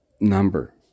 number